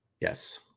Yes